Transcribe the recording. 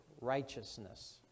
righteousness